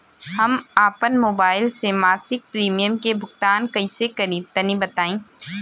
हम आपन मोबाइल से मासिक प्रीमियम के भुगतान कइसे करि तनि बताई?